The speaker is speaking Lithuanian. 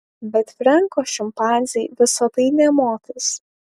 bet frenko šimpanzei visa tai nė motais